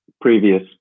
previous